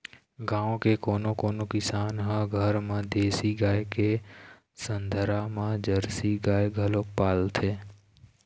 गाँव के कोनो कोनो किसान ह घर म देसी गाय के संघरा म जरसी गाय घलोक पालथे